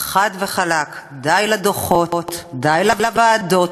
חד וחלק: די לדוחות, די לוועדות,